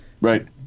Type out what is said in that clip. Right